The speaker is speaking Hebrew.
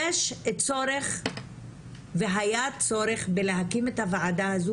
זה מחויב עכשיו.